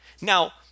Now